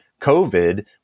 COVID